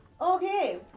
Okay